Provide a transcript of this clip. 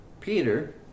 Peter